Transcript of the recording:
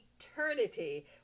eternity